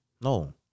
No